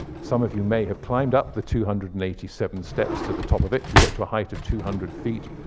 some of you may have climbed up the two hundred and eighty seven steps to the top of it. you get to a height of two hundred feet.